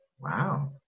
Wow